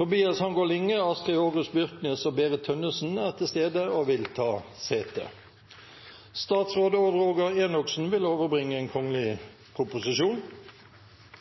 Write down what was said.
Tobias Hangaard Linge, Astrid Aarhus Byrknes og Berit Tønnesen er til stede og vil ta sete. Representanten Christian Tybring-Gjedde vil framsette et representantforslag. Jeg vil